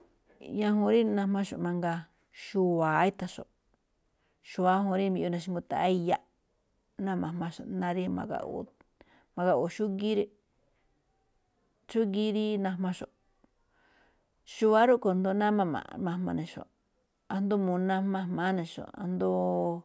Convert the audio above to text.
ñajuun najmaxo̱ꞌ mangaa, xu̱wa̱á i̱tha̱nxo̱ꞌ, xu̱wa̱á ñajuun rí mbiꞌyuu nixngutaꞌáá iyaꞌ, ná ma̱jmaxo̱ꞌ, ná rí ma̱gaꞌu̱u̱, ma̱gaꞌu̱u̱ xúgíí, xúgíí rí najmaxo̱ꞌ, xu̱wa̱á rúꞌkhue̱n asndo náá máꞌ ma̱jmaxo̱ꞌ, asndo mu̱na najmaxo̱ꞌ, asndoo.